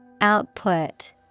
Output